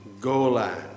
Golan